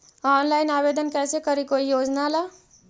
Online आवेदन कैसे करी कोई योजना ला?